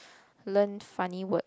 learn funny word